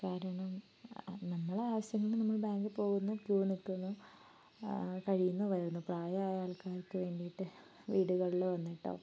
കാരണം നമ്മളെ ആവശ്യങ്ങൾക്ക് നമ്മൾ ബാങ്കിൽ പോകുന്നു ക്യൂ നിൽക്കുന്നു കഴിയുന്നു വരുന്നു പ്രായമായ ആൾക്കാർക്ക് വേണ്ടിയിട്ട് വീടുകളിൽ വന്നിട്ടോ